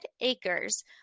acres